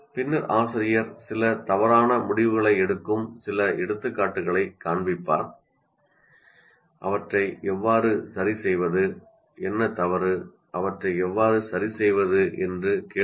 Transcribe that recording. பின்னர் ஆசிரியர் சில தவறான முடிவுகளை எடுக்கும் சில எடுத்துக்காட்டுகளைக் காண்பிப்பார் அவற்றை எவ்வாறு சரிசெய்வது என்பதில் என்ன தவறு என்று கேளுங்கள்